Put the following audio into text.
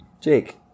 Jake